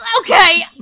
Okay